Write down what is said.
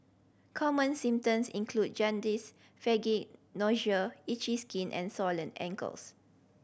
common symptoms include jaundice fatigue nausea itchy skin and swollen ankles